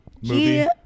movie